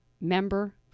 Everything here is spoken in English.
member